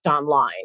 online